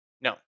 No